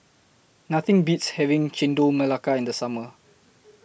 Nothing Beats having Chendol Melaka in The Summer